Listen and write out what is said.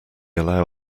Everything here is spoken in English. allow